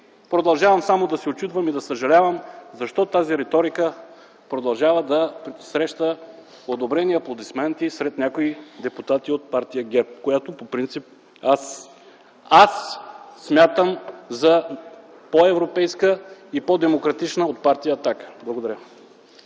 Продължавам само да се учудвам и да съжалявам защо тази риторика продължава да среща одобрение и аплодисменти сред някои депутати от партия ГЕРБ, която по принцип аз смятам за по европейска и по демократична от партия „Атака”. Благодаря.